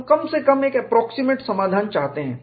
हम कम से कम एक अप्प्रोक्सिमेट समाधान चाहते हैं